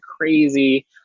crazy